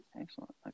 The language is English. excellent